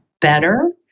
better